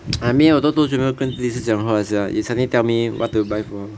I mean 我都多久没有跟 lishi 讲话 sia you suddenly tell me what to buy for her